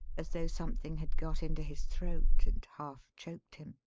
as though something had got into his throat and half choked him.